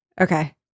Okay